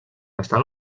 estan